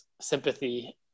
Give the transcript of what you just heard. sympathy